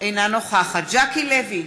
אינה נוכחת ז'קי לוי,